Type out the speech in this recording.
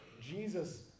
Jesus